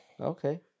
Okay